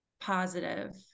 positive